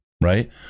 Right